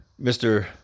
Mr